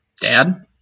Dad